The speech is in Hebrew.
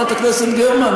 חברת הכנסת גרמן,